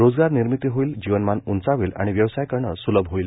रोजगार निर्मिती होईल जीवनमान उंचावेल आणि व्यवसाय करणे सुलभ होईल